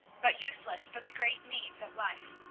but useless for the great needs of life.